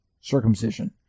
circumcision